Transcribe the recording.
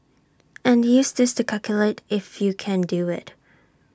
and use this to calculate if you can do IT